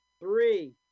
three